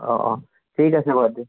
অঁ অঁ ঠিক আছে বাৰু দিয়ক